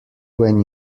when